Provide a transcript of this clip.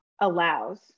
allows